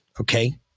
okay